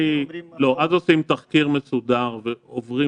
עושים איתו אז תחקיר מסודר ועוברים